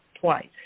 twice